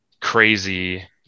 crazy